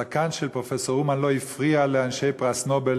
הזקן של פרופסור אומן לא הפריע לאנשי פרס נובל